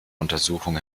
untersuchung